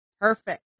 Perfect